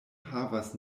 havas